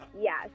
yes